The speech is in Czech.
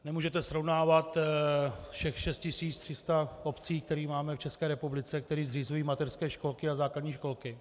Nemůžete srovnávat všech 6 300 obcí, které máme v České republice, které zřizují mateřské školy a základní školy.